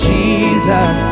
Jesus